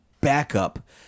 backup